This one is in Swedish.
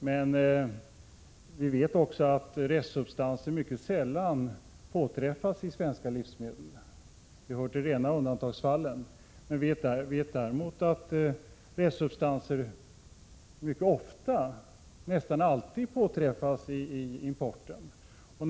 Men vi vet också att restsubstanser mycket sällan påträffas i svenska livsmedel. Det hör till rena undantagen. Men vi vet att restsubstanser mycket ofta, nästan alltid, påträffas i importerade livsmedel.